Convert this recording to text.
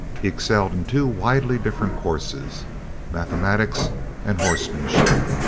he excelled in two widely different courses mathematics and horsemanship.